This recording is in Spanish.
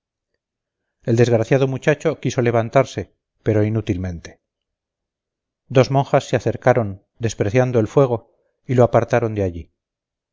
el desgraciado muchacho quiso levantarse pero inútilmente dos monjas se acercaron despreciando el fuego y lo apartaron de allí